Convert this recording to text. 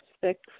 six